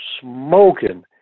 smoking